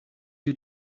you